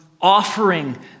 offering